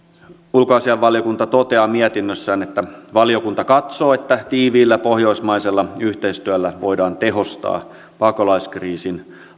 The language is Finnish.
ulkoasiainvaliokunta toteaa mietinnössään että valiokunta katsoo että tiiviillä pohjoismaisella yhteistyöllä voidaan tehostaa pakolaiskriisin